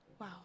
Wow